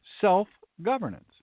Self-governance